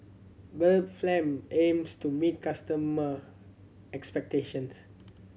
Blephagel aims to meet customer expectations